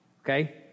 Okay